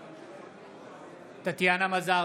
מזרסקי,